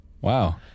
Wow